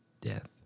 death